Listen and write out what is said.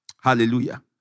Hallelujah